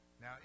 Now